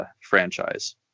franchise